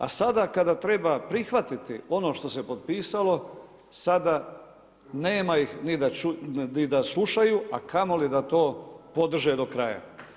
A sada kada treba prihvatiti ono što se potpisalo sada nema ih ni da slušaju, a kamoli da to podrže do kraja.